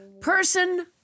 Person